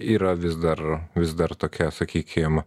yra vis dar vis dar tokia sakykim